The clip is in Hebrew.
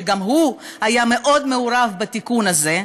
שגם הוא היה מאוד מעורב בתיקון הזה.